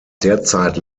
derzeit